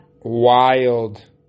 Wild